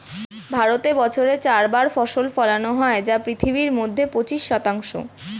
ভারতে বছরে চার বার ফসল ফলানো হয় যা পৃথিবীর মধ্যে পঁচিশ শতাংশ